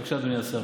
בבקשה, אדוני השר.